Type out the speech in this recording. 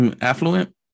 Affluent